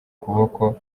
kuboko